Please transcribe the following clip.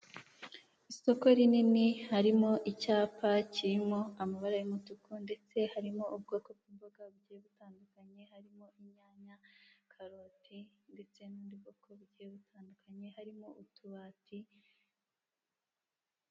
Isoko rinini harimo icyapa kirimo amabara y'umutuku ndetse harimo ubwoko bw'imboga bugiye butandukanye harimo inyanya, karote, ndetse n'ubundi bwoko bugiye butandukanye harimo utubati.